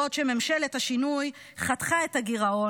בעוד שממשלת השינוי חתכה את הגירעון,